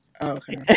Okay